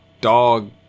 dog